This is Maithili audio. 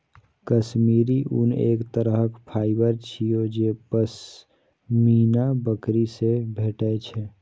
काश्मीरी ऊन एक तरहक फाइबर छियै जे पश्मीना बकरी सं भेटै छै